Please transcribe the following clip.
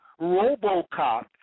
Robocop